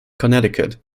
connecticut